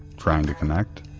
trying to connect?